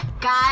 Guys